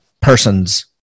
persons